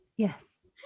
Yes